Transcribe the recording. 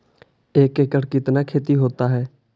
एक एकड़ कितना खेति होता है?